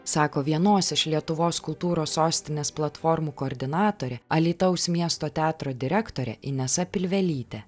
sako vienos iš lietuvos kultūros sostinės platformų koordinatorė alytaus miesto teatro direktorė inesa pilvelytė